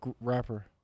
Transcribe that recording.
rapper